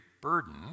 burden